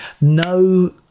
no